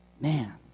Man